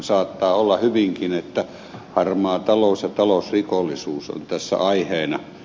saattaa olla hyvinkin että harmaa talous ja talousrikollisuus on tässä aiheena